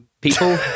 people